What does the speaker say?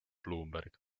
bloomberg